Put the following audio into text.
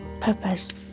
purpose